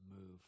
move